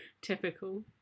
Typical